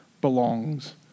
belongs